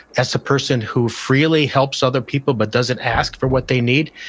that's a person who freely helps other people but doesn't ask for what they need,